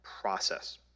process